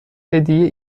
هدیه